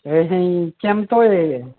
এই কেম্পটোৱেই